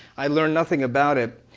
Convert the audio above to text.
i learned nothing about it.